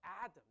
Adam